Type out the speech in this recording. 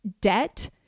debt